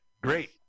Great